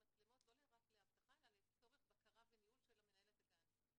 מצלמות לא רק לאבטחה אלא לצורך של בקרה וניהול של מנהלת הגן.